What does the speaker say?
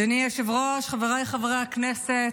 אדוני היושב-ראש, חבריי חברי הכנסת,